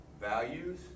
Values